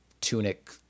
tunic